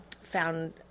found